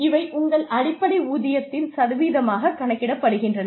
இவை உங்கள் அடிப்படை ஊதியத்தின் சதவீதமாகக் கணக்கிடப்படுகின்றன